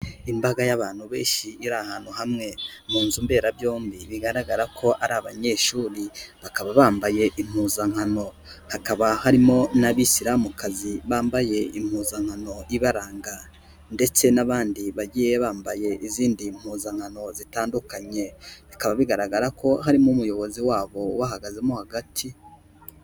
Imbaga y'abantu benshi iri ahantu hamwe mu nzu mberabyombi, bigaragara ko ari abanyeshuri bakaba bambaye impuzankano, hakaba harimo n'abisiramukazi bambaye impuzankano ibaranga, ndetse n'abandi bagiye bambaye izindi mpuzankano zitandukanye, bikaba bigaragara ko harimo umuyobozi wabo ubahagazemo hagati.